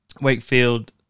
Wakefield